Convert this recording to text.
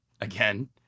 again